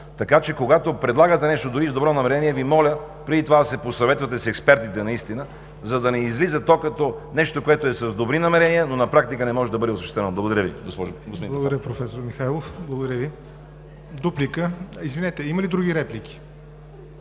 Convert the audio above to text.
Така че когато предлагате нещо, дори и с добро намерение, Ви моля преди това да се посъветвате с експертите, за да не излиза то като нещо, което е с добри намерения, но на практика не може да бъде осъществено. Благодаря Ви.